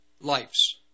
lives